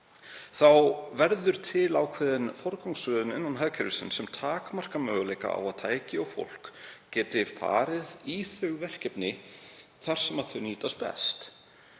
þá verður til ákveðin forgangsröðun innan hagkerfisins sem takmarkar möguleika á að tæki og fólk geti farið í þau verkefni þar sem þau nýtast best.